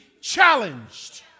challenged